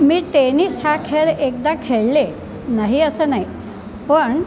मी tennis हा खेळ एकदा खेळले नाही असं नाही पण